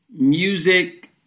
music